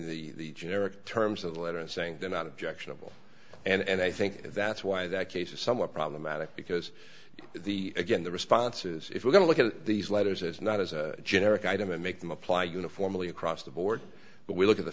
the generic terms of the letter and saying they're not objectionable and i think that's why that case is somewhat problematic because again the responses if we're going to look at these letters is not as generic item and make them apply uniformly across the board but we look at the